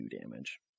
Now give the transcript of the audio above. damage